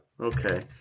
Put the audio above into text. okay